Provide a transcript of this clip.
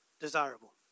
desirable